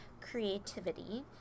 creativity